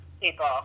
people